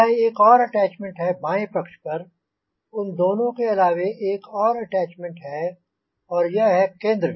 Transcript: यह एक और अटैच्मेंट है बाएँ पक्ष पर उन दोनो के अलावे एक और अटैच्मेंट है और यह है केंद्र